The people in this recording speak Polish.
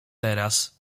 teraz